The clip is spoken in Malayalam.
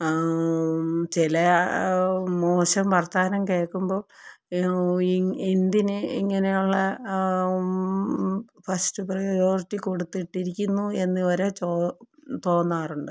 ചില മോശം വർത്തമാനം കേൾക്കുമ്പോള് എന്തിന് ഇങ്ങനെയുള്ള ഫസ്റ്റ് പ്രയോറിറ്റി കൊടുത്തിട്ടിരിക്കുന്നു എന്നു വരെ തോന്നാറുണ്ട്